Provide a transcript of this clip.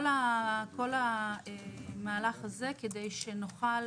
כל המהלך הזה כדי שנוכל